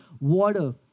water